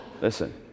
Listen